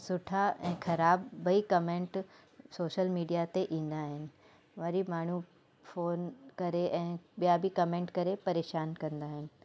सुठा ऐं ख़राबु ॿई कमेंट सोशल मीडिया ते ईंदा आहिनि वरी माण्हू फ़ोन करे ऐं ॿिया बि कमेंट करे परेशान कंदा आहिनि